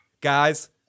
guys